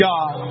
God